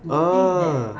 ah